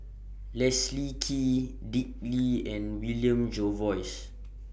Leslie Kee Dick Lee and William Jervois